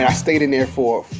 and stayed in there for,